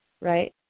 right